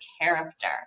character